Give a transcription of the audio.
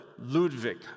Ludwig